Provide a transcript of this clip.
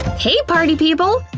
hey, party people!